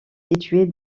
située